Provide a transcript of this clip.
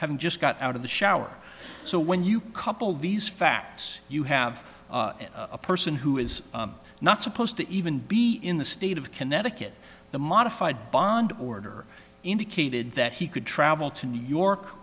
having just got out of the shower so when you couple these facts you have a person who is not supposed to even be in the state of connecticut the modified bond order indicated that he could travel to new york